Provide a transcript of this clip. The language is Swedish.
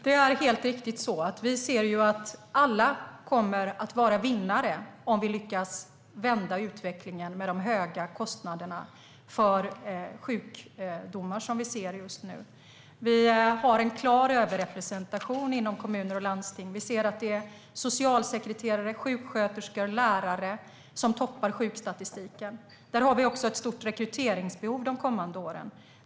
Fru talman! Alla kommer att vara vinnare om vi lyckas vända utvecklingen med de höga kostnaderna för sjukskrivningar som vi ser just nu. Vi har en klar överrepresentation inom kommuner och landsting. Det är socialsekreterare, sjuksköterskor och lärare som toppar sjukstatistiken. Där har vi också ett stort rekryteringsbehov de kommande åren.